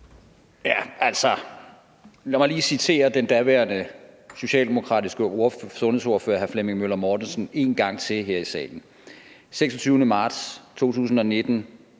Lad mig lige citere den daværende socialdemokratiske sundhedsordfører, hr. Flemming Møller Mortensen, en gang til her i salen. Den 26. marts 2019,